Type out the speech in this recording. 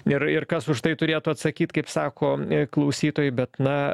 ir ir kas už tai turėtų atsakyt kaip sako klausytojai bet na